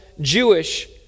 Jewish